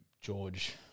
George